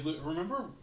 Remember